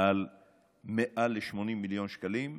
על יותר ל-80 מיליון שקלים,